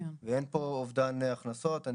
הנכה נכנס למשרד שלך והוא פוגע לך בריהוט,